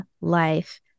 life